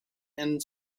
and